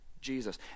Jesus